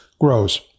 grows